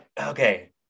Okay